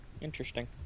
Interesting